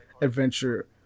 adventure